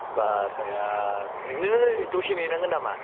भारहाया बिदिनो दसे नेनांगोन नामा